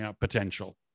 potential